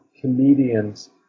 comedians